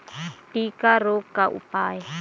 टिक्का रोग का उपाय?